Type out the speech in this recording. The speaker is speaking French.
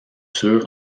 sûrs